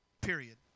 Period